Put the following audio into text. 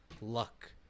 luck